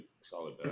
solid